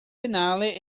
finale